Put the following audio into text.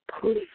please